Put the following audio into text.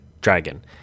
Dragon